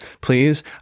Please